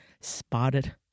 spotted